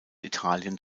italien